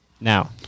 now